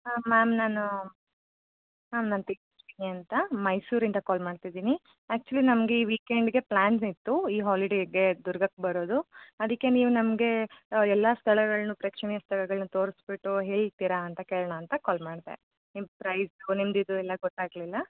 ಹಾಂ ಮ್ಯಾಮ್ ನಾನು ಮ್ಯಾಮ್ ನಾನು ತೇಜಸ್ವಿನಿ ಅಂತ ಮೈಸೂರಿಂದ ಕಾಲ್ ಮಾಡ್ತಿದ್ದೀನಿ ಆ್ಯಕ್ಚುಲಿ ನಮಗೆ ಈ ವೀಕೆಂಡ್ಗೆ ಪ್ಲಾನ್ಸಿತ್ತು ಈ ಹಾಲಿಡೇಗೆ ದುರ್ಗಕ್ಕೆ ಬರೋದು ಅದಕ್ಕೆ ನೀವು ನಮಗೆ ಎಲ್ಲ ಸ್ಥಳಗಳನ್ನೂ ಪ್ರೇಕ್ಷಣೀಯ ಸ್ಥಳಗಳನ್ನೂ ತೋರಿಸ್ಬಿಟ್ಟು ಹೇಳ್ತೀರಾ ಅಂತ ಕೇಳೋಣ ಅಂತ ಕಾಲ್ ಮಾಡಿದೆ ನಿಮ್ದು ಪ್ರೈಸು ನಿಮ್ದು ಇದು ಎಲ್ಲ ಗೊತ್ತಾಗಲಿಲ್ಲ